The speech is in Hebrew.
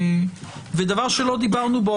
ודבר שלא דיברנו בו,